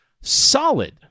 solid